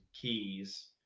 Keys